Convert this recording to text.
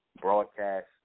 broadcast